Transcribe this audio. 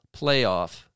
playoff